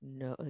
no